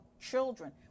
children